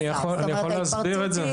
אני יכול להסביר את זה.